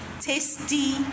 tasty